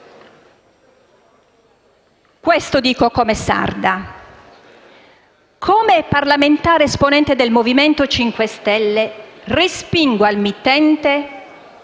questo che dico come sarda. Come parlamentare esponente del MoVimento 5 Stelle, respingo al mittente